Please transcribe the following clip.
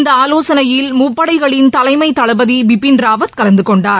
இந்த ஆலோசனையில் முப்படைகளின் தலைமைத் தளபதி பிபின் ராவத் கலந்து கொண்டார்